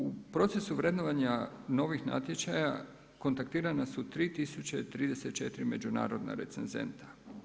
U procesu vrednovanja novih natječaja kontaktirana su 3034 međunarodna recenzenta.